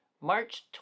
march